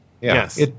Yes